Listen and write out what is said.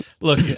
Look